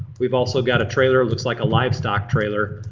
we've also got a trailer. looks like a livestock trailer.